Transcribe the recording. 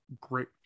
great